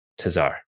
Tazar